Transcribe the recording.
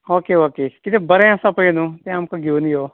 okay okay कितें बरें आसता पळय न्हू तें आमकां घेवन यो